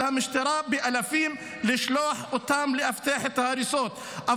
המשטרה לשלוח אותם באלפים לאבטח את ההריסות,